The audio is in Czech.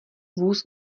vůz